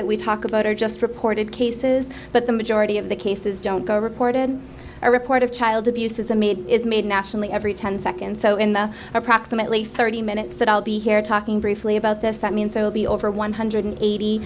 that we talk about are just reported cases but the majority of the cases don't go reported a report of child abuse as a maid is made nationally every ten seconds so in the approximately thirty minutes that i'll be here talking briefly about this that means there will be over one hundred eighty